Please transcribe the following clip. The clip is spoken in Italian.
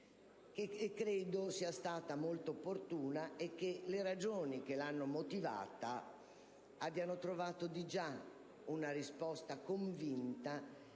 sia stata molto opportuna. Le ragioni che l'hanno motivata hanno trovato già una risposta convinta